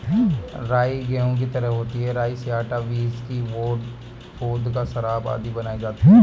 राई गेहूं की तरह होती है राई से आटा, व्हिस्की, वोडका, शराब आदि बनाया जाता है